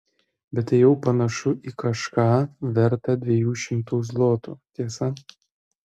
bet tai jau panašu į kažką vertą dviejų šimtų zlotų tiesa